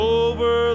over